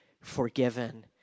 forgiven